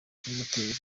ikibimutera